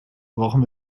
brauchen